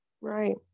Right